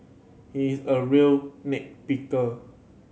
he is a real nit picker